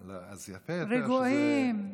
רגועים.